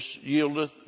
yieldeth